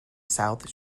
south